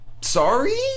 sorry